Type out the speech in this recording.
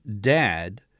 dad